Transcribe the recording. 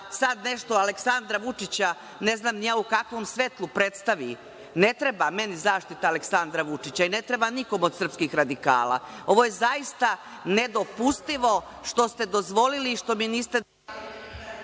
sad nešto Aleksandra Vučića, ne znam ni ja, u kakvom svetlu predstavim, ne treba meni zaštita Aleksandra Vučića i ne treba nikom od srpskih radikala. Ovo je zaista nedopustivo što ste dozvolili. **Veroljub